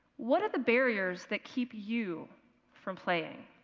what are the barriers that keep you from playing?